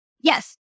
Yes